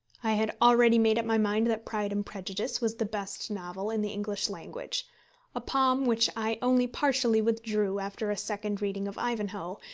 i had already made up my mind that pride and prejudice was the best novel in the english language a palm which i only partially withdrew after a second reading of ivanhoe,